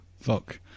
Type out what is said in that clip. Fuck